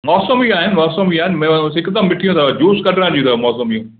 मौसमी आहे मौसंबी आहे मेवो हिकदमि मिठियूं अथव जूस कढण जी अथव मौसंबियूं